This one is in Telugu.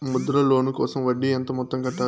ముద్ర లోను కోసం వడ్డీ ఎంత మొత్తం కట్టాలి